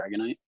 Dragonite